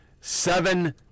seven